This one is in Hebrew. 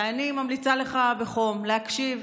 ואני ממליצה לך בחום להקשיב